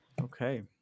Okay